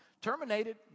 Terminated